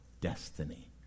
destiny